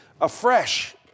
afresh